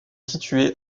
situé